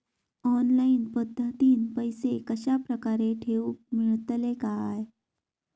Online पद्धतीन पैसे कश्या प्रकारे ठेऊक मेळतले काय?